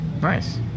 Nice